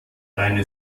deine